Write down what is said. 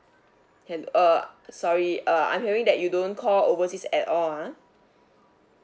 hel~ uh sorry uh I'm hearing that you don't call overseas at all ah